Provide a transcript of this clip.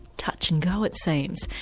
touch and go it seems.